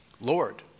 Lord